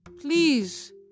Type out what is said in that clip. please